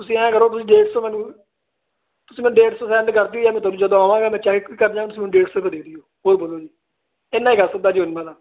ਤੁਸੀਂ ਐ ਕਰੋ ਤੁਸੀਂ ਦੇਖ ਸ ਮੈਨੂੰ ਤੁਸੀਂ ਮੈਂ ਡੇਢ ਸੈਂਡ ਕਰਦੋ